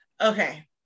Okay